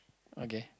okay